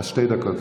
אז שתי דקות.